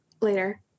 later